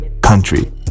country